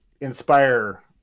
inspire